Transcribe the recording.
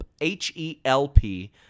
H-E-L-P